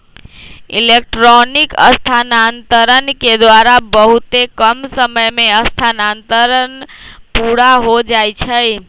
electronic स्थानान्तरण के द्वारा बहुते कम समय में स्थानान्तरण पुरा हो जाइ छइ